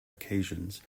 occasions